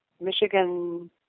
michigan